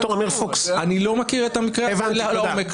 אני לא מכיר את המקרה לעומק.